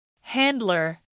Handler